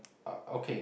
oh okay